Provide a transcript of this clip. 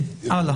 הלאה.